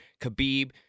Khabib